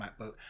MacBook